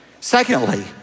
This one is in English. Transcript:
Secondly